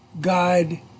guide